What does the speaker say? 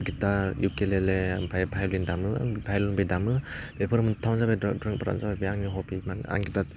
guitar ukulele आमफ्राइ भाइलेन दामो आं भाइलेनबो दामो बेफोर मोनथामानो बे आंनि हबि मानोना आं गिटार